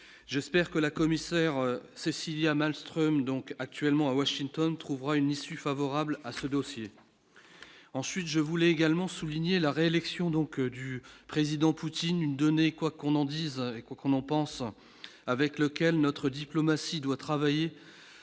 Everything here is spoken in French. j'espère que la commissaire Cécilia Malström donc actuellement à Washington, trouvera une issue favorable à ce dossier, ensuite je voulais également souligner la réélection donc du président Poutine une donnée, quoiqu'on en dise, et quoiqu'on en pense, avec lequel notre diplomatie doit travailler